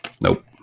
Nope